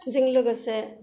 जों लोगोसे